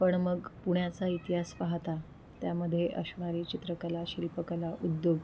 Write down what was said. पण मग पुण्याचा इतिहास पाहता त्यामध्ये असणारी चित्रकला शिल्पकला उद्योग